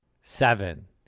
Seven